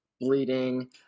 bleeding